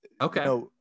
Okay